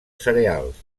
cereals